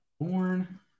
Born